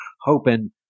hoping